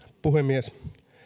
puhemies